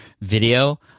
video